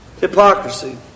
Hypocrisy